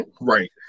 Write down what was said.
Right